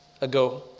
ago